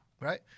Right